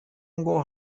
ngo